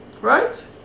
right